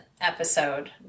episode